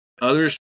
Others